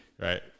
Right